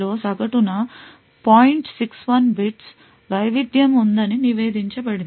61 bits వైవిధ్యం ఉందని నివేదించబడింది